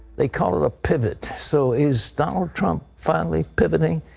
they call it a pivot. so is donald trump finally pivoting?